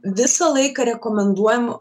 visą laiką rekomenduojam